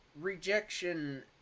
rejection